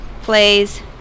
plays